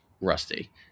rusty